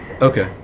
Okay